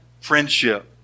friendship